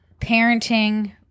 parenting